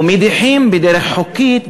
ומדירים בדרך חוקית,